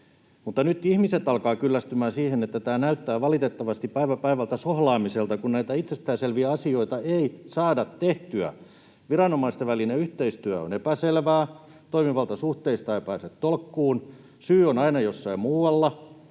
mutta nyt ihmiset alkavat kyllästymään siihen, että tämä näyttää valitettavasti päivä päivältä sohlaamiselta, kun näitä itsestäänselviä asioita ei saada tehtyä. Viranomaisten välinen yhteistyö on epäselvää, toimivaltasuhteista ei päästä tolkkuun, syy on aina jossain muualla,